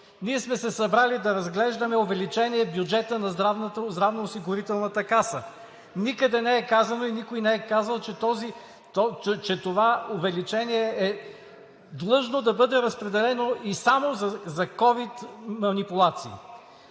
Ние сме се събрали да разглеждаме увеличение на бюджета на Здравноосигурителната каса. Никъде не е казано и никой не е казал, че това увеличение е длъжно да бъде разпределено и само за ковид манипулации.